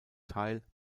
teil